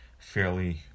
fairly